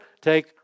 take